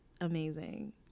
amazing